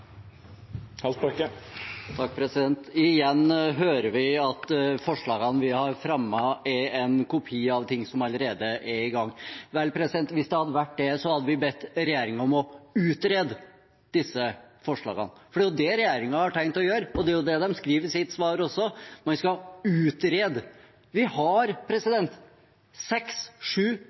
Igjen hører vi at forslagene vi har fremmet, er en kopi at ting som allerede er i gang. Vel, hvis det hadde vært det, hadde vi bedt regjeringen om å utrede disse forslagene, for det er jo det regjeringen har tenkt å gjøre, og det er også det de skriver i sitt svar: Man skal utrede. Vi har seks, sju,